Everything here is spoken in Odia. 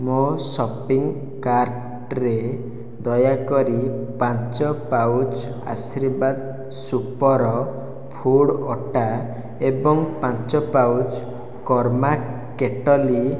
ମୋ ସପିଂ କାର୍ଟ୍ରେ ଦୟାକରି ପାଞ୍ଚ pouch Aashirvaad super food atta ଏବଂ ପାଞ୍ଚ ପାଉଚ୍ କର୍ମା କେଟଲି